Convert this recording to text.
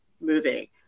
moving